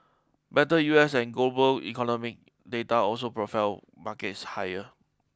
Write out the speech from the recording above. better U S and global economy data also propelled markets higher